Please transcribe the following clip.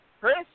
Chris